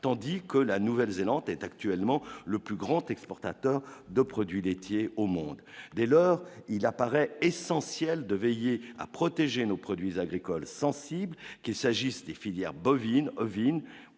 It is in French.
tandis que la Nouvelle-Zélande est actuellement le plus grand exportateur de produits laitiers au monde, dès lors qu'il apparaît essentiel de veiller à protéger nos produits agricoles sensibles qu'il s'agisse des filières bovines, ovines